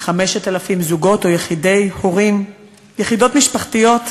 5,000 זוגות או הורים יחידים, יחידות משפחתיות,